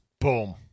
boom